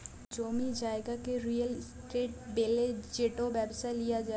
জমি জায়গাকে real estate ব্যলে যেট ব্যবসায় লিয়া যায়